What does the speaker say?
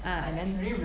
ah and then